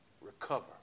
recover